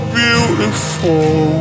beautiful